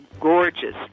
gorgeous